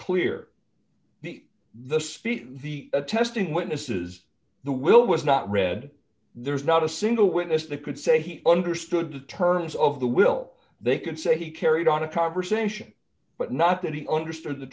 clear the speech the testing witnesses the will was not read there's not a single witness that could say he understood the terms of the will they can say he carried on a conversation but not that he understood the